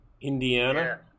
Indiana